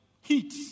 Heat